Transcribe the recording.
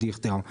דיכטר,